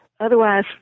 otherwise